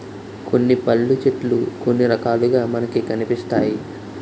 కొన్ని పళ్ళు చెట్లు కొన్ని రకాలుగా మనకి కనిపిస్తాయి